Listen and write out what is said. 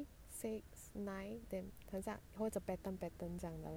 three six nine then 很像或者 pattern pattern 这样的啦